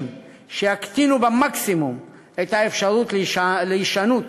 שיקטינו במקסימום את האפשרות להישנות